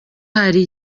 hari